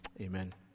amen